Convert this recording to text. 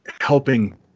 helping